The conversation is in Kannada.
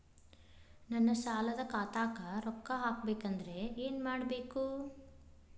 ನನ್ನ ಸಾಲದ ಖಾತಾಕ್ ರೊಕ್ಕ ಹಾಕ್ಬೇಕಂದ್ರೆ ಏನ್ ಮಾಡಬೇಕು?